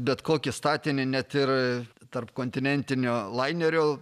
bet kokį statinį net ir tarpkontinentinio lainerio